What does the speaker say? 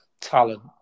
talent